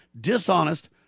dishonest